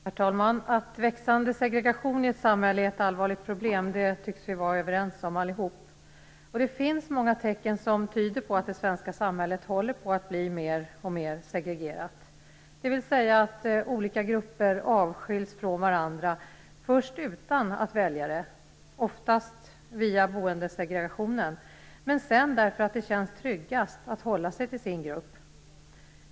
Herr talman! Att växande segregation i ett samhälle är ett växande problem tycks vi vara överens om allihop. Det finns många tecken som tyder på att det svenska samhället håller på att bli mer och mer segregerat. Olika grupper avskiljs från varandra, först utan att välja det och oftast via boendesegregationen, men sedan därför att det känns tryggast att hålla sig till sin grupp.